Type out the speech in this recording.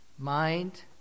Mind